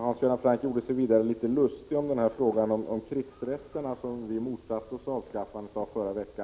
Hans Göran Franck gjorde sig litet lustig över att vi hade motsatt oss avskaffandet av krigsrätterna förra veckan.